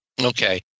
Okay